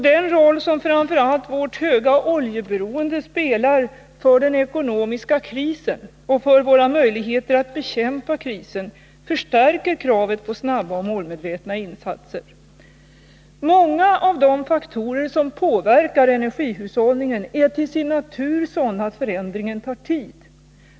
Den roll som framför allt vårt höga oljeberoende spelar för den ekonomiska krisen och för våra möjligheter att bekämpa krisen förstärker kravet på snabba och målmedvetna insatser. Många av de faktorer som påverkar energihushållningen är till sin natur sådana att förändringen tar tid.